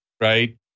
right